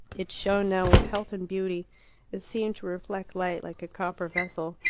it shone now with health and beauty it seemed to reflect light, like a copper vessel.